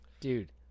Dude